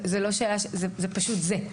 זאת לא שאלה, זה פשוט זה.